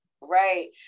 Right